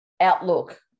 outlook